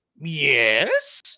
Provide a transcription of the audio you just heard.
Yes